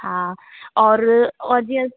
हा और और जीअं